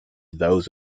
those